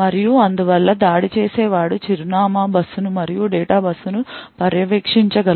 మరియు అందువల్ల దాడి చేసేవాడు చిరునామా బస్సును మరియు డేటా బస్సును పర్యవేక్షించగలడు